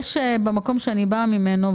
במקום שאני באה ממנו,